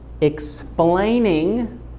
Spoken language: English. explaining